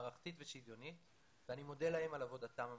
מערכתית ושוויונית ואני מודה להם על עבודתם המסורה.